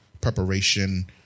preparation